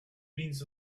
means